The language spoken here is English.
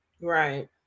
Right